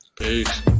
Peace